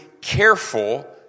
careful